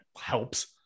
helps